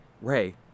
Ray